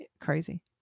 Crazy